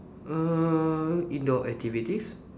err in your activities